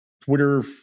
Twitter